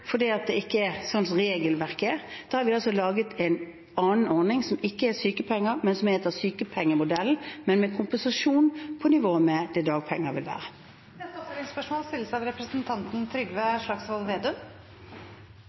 fordi det ikke er slik regelverket er. Da har vi altså laget en annen ordning, som ikke er sykepenger, men som er etter sykepengemodellen, men med kompensasjon på nivå med det dagpenger vil være. Trygve Slagsvold Vedum – til oppfølgingsspørsmål.